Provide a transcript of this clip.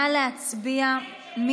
נא להצביע.